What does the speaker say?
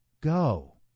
go